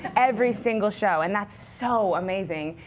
every single show, and that's so amazing.